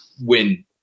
win